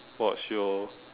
watch show